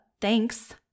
thanks